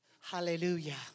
Hallelujah